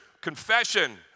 confession